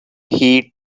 heed